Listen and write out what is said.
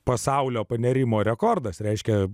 pasaulio panėrimo rekordas reiškia